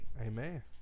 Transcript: Amen